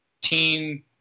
team